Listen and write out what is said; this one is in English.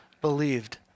believed